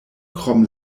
krom